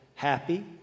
Happy